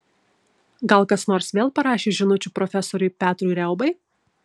gal kas nors vėl parašė žinučių profesoriui petrui riaubai